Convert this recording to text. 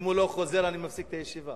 אם הוא לא חוזר, אני מפסיק את הישיבה.